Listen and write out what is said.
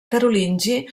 carolingi